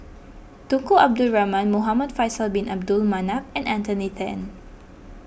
Tunku Abdul Rahman Muhamad Faisal Bin Abdul Manap and Anthony then